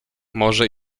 może